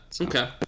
Okay